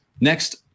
next